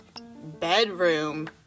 bedroom